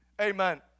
amen